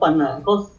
not true lah